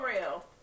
real